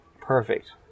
perfect